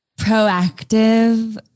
proactive